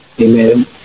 Amen